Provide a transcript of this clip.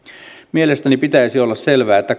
mielestäni pitäisi olla selvää että